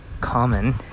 common